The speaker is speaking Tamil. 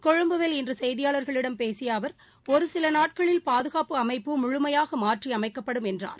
கொழும்புவில் இன்றுசெய்தியாளர்களிடம பேசியஅவர் ஒருசிலநாட்களில் பாதுகாப்பு அமைப்பு முழுமையாகமாற்றியமைக்கப்படும் என்றார்